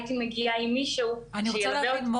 הייתי מגיעה עם מישהו שילווה אותי.